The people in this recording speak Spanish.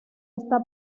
esta